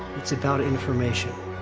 it's about information.